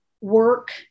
work